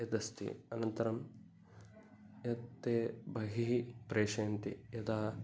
यदस्ति अनन्तरं यद् ते बहिः प्रेशयन्ति यदा